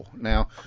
Now